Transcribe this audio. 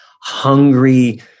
hungry